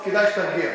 אז כדאי שתרגיע.